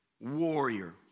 warrior